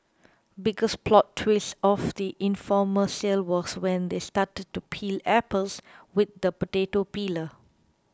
biggest plot twist of the infomercial was when they started to peel apples with the potato peeler